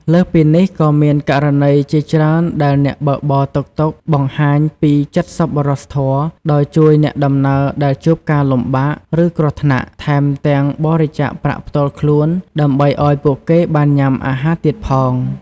លើសពីនេះ ក៏មានករណីជាច្រើនដែលអ្នកបើកបរតុកតុកបង្ហាញពី ចិត្តសប្បុរសធម៌ ដោយជួយអ្នកដំណើរដែលជួបការលំបាក ឬគ្រោះថ្នាក់ ថែមទាំងបរិច្ចាគប្រាក់ផ្ទាល់ខ្លួនដើម្បីឱ្យពួកគេបានញ៉ាំអាហារទៀតផង។